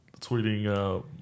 tweeting